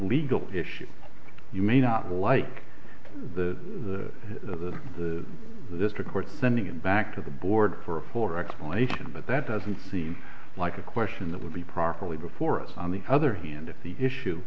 legal issue you may not like the the district court sending him back to the board for a fuller explanation but that doesn't seem like a question that would be properly before us on the other hand if the issue